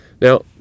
Now